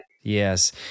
Yes